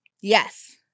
Yes